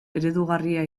eredugarria